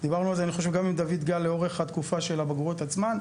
אני חושב שדיברנו על זה גם עם דויד גל לאורך התקופה של הבגרויות עצמן.